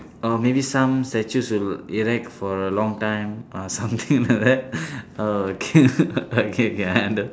uh maybe some statues will erect for a long time uh something like that oh okay okay K I